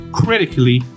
critically